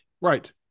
right